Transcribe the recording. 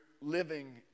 living